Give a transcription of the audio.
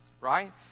right